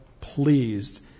pleased